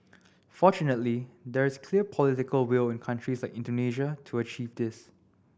fortunately there is clear political will in countries like Indonesia to achieve this